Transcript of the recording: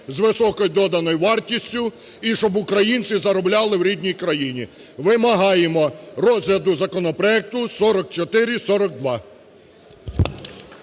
з високою доданою вартістю, і щоб українці заробляли в рідній країні. Вимагаємо розгляду законопроекту 4442.